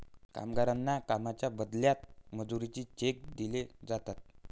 कामगारांना कामाच्या बदल्यात मजुरीचे चेक दिले जातात